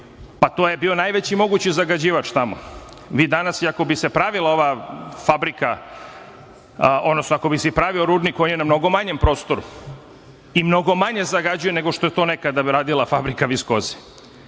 pa to je bio najveći mogući zagađivač tamo. Vi danas iako bi se pravila ova fabrika, odnosno ako bi se i pravio rudnik, on je na mnogo manjem prostoru i mnogo manje zagađuje nego što je to nekada radila fabrika viskoze. Da